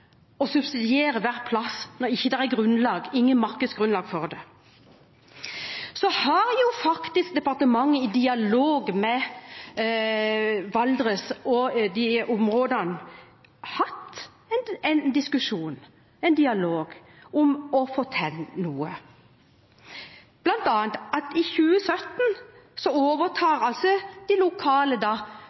å subsidiere hver plass når det ikke er markedsgrunnlag for det. Departementet har vært i dialog med Valdres og områdene der om å få til noe, bl.a. at i 2017 overtar de lokale bare en del av Avinors kostnader for å fortsette. I 2018 betaler fremdeles Avinor halvparten av kostnadene. Da